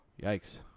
Yikes